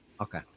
Okay